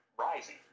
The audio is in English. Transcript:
rising